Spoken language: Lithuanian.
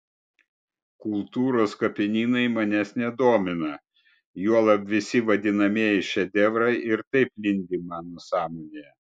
kultūros kapinynai manęs nedomina juolab visi vadinamieji šedevrai ir taip lindi mano sąmonėje